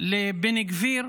לבן גביר,